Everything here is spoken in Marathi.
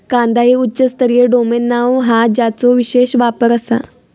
कांदा हे उच्च स्तरीय डोमेन नाव हा ज्याचो विशेष वापर आसा